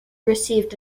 received